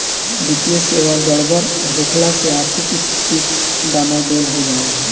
वित्तीय सेवा गड़बड़ होखला से आर्थिक स्थिती डमाडोल हो जाला